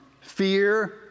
fear